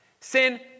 Sin